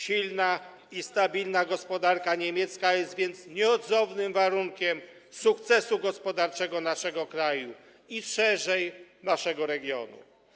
Silna i stabilna gospodarka niemiecka jest więc nieodzownym warunkiem sukcesu gospodarczego naszego kraju i, szerzej, naszego regionu.